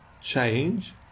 change